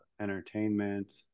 entertainment